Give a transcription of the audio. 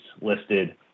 listed